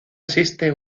existe